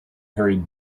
hurried